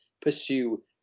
pursue